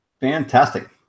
Fantastic